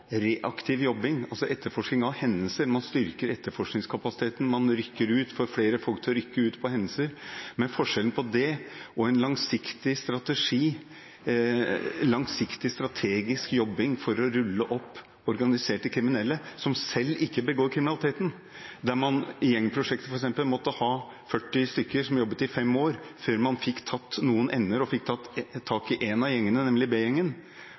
reaktiv jobbing – etterforsking av hendelser, at man styrker etterforskningskapasiteten, at man får flere folk til å rykke ut på hendelser – og en langsiktig strategisk jobbing for å rulle opp organiserte kriminelle som ikke selv begår kriminaliteten. I gjengprosjektet, f.eks., måtte en ha 40 stykker som jobbet i fem år før man fikk tak i en av gjengene, nemlig B-gjengen, og fikk satt dem ut av